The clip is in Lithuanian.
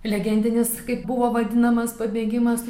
legendinis kaip buvo vadinamas pabėgimas